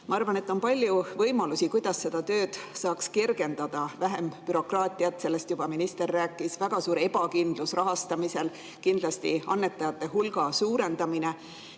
Ma arvan, et on palju võimalusi, kuidas seda tööd saaks kergendada. Vähem bürokraatiat – sellest minister juba rääkis –, väga suur ebakindlus rahastamisel, kindlasti annetajate hulga suurendamine.